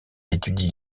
étudie